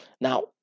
Now